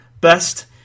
...best